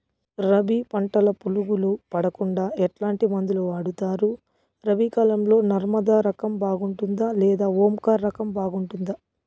రబి పంటల పులుగులు పడకుండా ఎట్లాంటి మందులు వాడుతారు? రబీ కాలం లో నర్మదా రకం బాగుంటుందా లేదా ఓంకార్ రకం బాగుంటుందా?